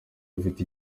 afite